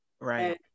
Right